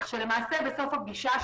כך שלמעשה בסוף הפגישה,